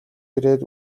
ирээд